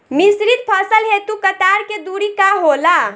मिश्रित फसल हेतु कतार के दूरी का होला?